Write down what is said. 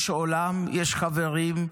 יש עולם, יש חברים,